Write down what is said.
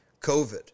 COVID